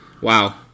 wow